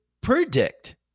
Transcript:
predict